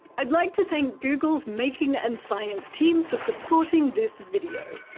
i'd like to thank google's making and science team for supporting this video.